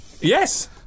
Yes